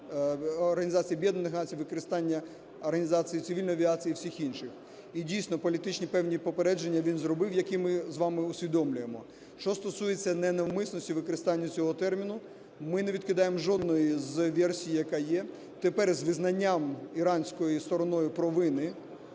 Організації Об'єднаних Націй, використання організації цивільної авіації і всіх інших. І, дійсно, політичні певні попередження він зробив, які ми з вами усвідомлюємо. Що стосується "ненавмисності" використання цього терміну, ми не відкидаємо жодної з версій, яка є. Тепер з визнанням іранською стороною провини